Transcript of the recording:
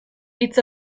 hitz